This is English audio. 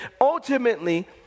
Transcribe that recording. ultimately